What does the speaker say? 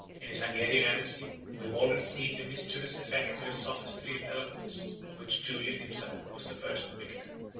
in his hungarian embassy, we have already seen the mischievous effects of his sophistry and eloquence, of which julian himself was the first victim.